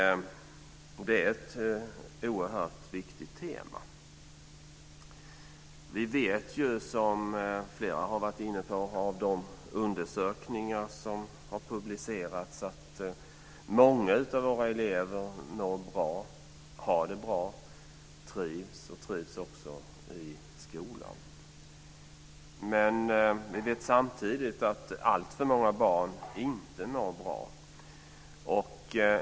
Det är ett oerhört viktigt tema. Vi vet, vilket flera har varit inne på, av de undersökningar som har publicerats att många av våra elever mår bra, har det bra, trivs och trivs också i skolan. Men vi vet samtidigt att alltför många barn inte mår bra.